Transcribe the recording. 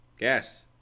Yes